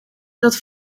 dat